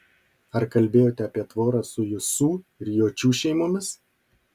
ar kalbėjote apie tvorą su jusų ir jočių šeimomis